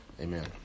Amen